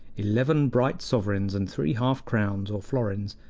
eleven bright sovereigns and three half-crowns or florins,